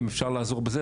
אם אפשר לעזור בזה,